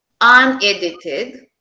unedited